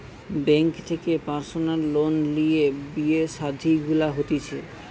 bank থেকে personal loan লিয়ে বিয়ে শাদী গুলা হতিছে